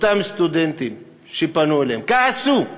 אותם סטודנטים שפנו אליהם, כעסו.